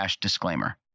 disclaimer